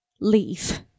Leave